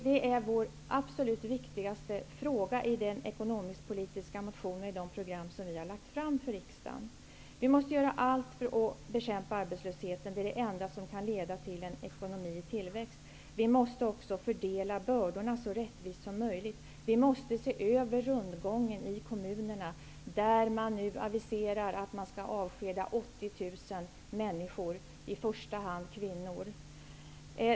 Det är vår absolut viktigaste fråga i den ekonomisk-politiska motion och i de program som vi har lagt fram för riksdagen. Vi måste göra allt för att bekämpa arbetslösheten. Det är det enda som kan leda till en ekonomi i tillväxt. Vi måste också fördela bördorna så rättvist som möjligt. Vi måste se över rundgången i kommunerna, där man nu aviserar att man skall avskeda 80 000 människor, i första hand kvinnor.